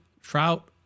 Trout